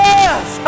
Yes